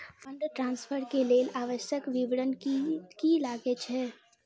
Fund transfer केँ लेल आवश्यक विवरण की की लागै छै?